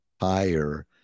higher